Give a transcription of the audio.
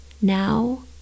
Now